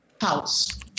house